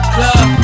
Club